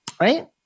right